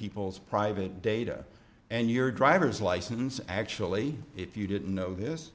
people's private data and your driver's license actually if you didn't know this